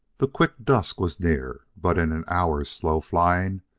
the quick dusk was near but in an hour's slow flying,